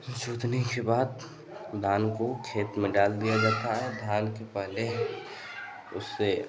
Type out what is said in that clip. जोतने के बाद धान को खेत में डाल दिया जाता है धान को पहले उससे